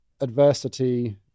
adversity